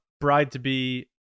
bride-to-be